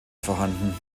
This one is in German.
vorhanden